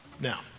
Now